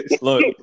Look